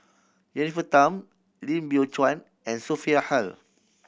Jennifer Tham Lim Biow Chuan and Sophia Hull